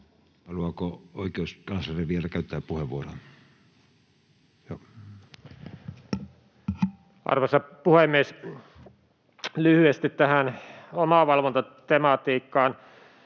Haluaako oikeuskansleri vielä käyttää puheenvuoron? Arvoisa puhemies! Lyhyesti tähän omavalvontatematiikkaan: